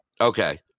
Okay